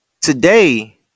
Today